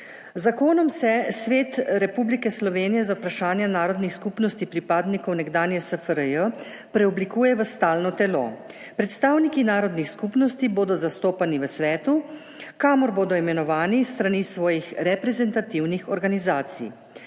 zakonom se Svet Vlade Republike Slovenije za vprašanja narodnih skupnosti pripadnikov narodov nekdanje SFRJ v Republiki Sloveniji preoblikuje v stalno telo. Predstavniki narodnih skupnosti bodo zastopani v svetu, kamor bodo imenovani s strani svojih reprezentativnih organizacij.